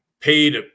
paid